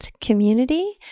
community